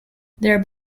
their